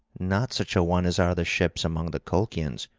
not such a one as are the ships among the colchians,